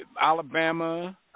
Alabama